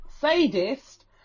sadist